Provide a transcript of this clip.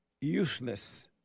useless